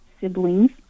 siblings